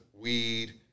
weed